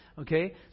Okay